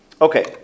Okay